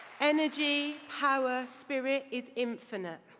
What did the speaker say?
energy, power, spirit is infinite.